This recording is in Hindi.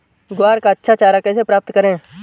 ग्वार का अच्छा चारा कैसे प्राप्त करें?